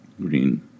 Green